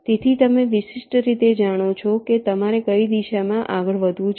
તેથી તમે વિશિષ્ટ રીતે જાણો છો કે તમારે કઈ દિશામાં આગળ વધવું છે